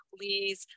please